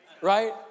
right